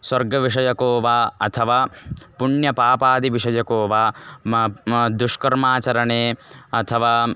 स्वर्गविषयको वा अथवा पुण्यपापादिविषयको वा म म दुष्कर्माचरणे अथवा